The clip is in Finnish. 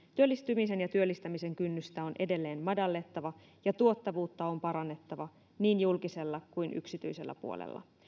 työllistymisen ja työllistämisen kynnystä on edelleen madallettava ja tuottavuutta on parannettava niin julkisella kuin yksityisellä puolella